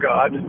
God